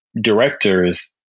directors